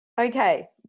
okay